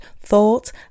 thought